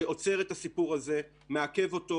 שעוצר את הסיפור הזה, מעכב אותו